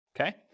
okay